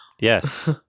Yes